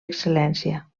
excel·lència